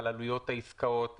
על עלויות העסקאות,